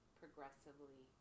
progressively